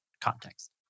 context